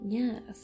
yes